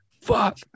fuck